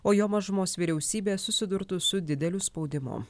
o jo mažumos vyriausybė susidurtų su dideliu spaudimu